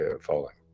falling